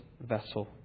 vessel